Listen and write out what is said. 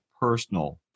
personal